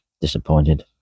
disappointed